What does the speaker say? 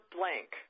Blank